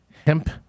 hemp